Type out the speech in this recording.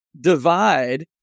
divide